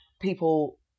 people